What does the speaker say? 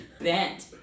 bent